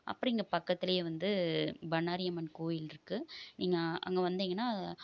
அப்புறோம் இங்கே பக்கத்திலயே வந்து பண்ணாரி அம்மன் கோயில் இருக்குது நீங்கள் அங்கே வந்தீங்கன்னால்